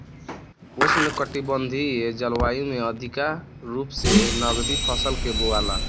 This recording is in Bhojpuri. उष्णकटिबंधीय जलवायु में अधिका रूप से नकदी फसल के बोआला